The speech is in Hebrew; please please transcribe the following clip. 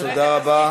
תודה רבה.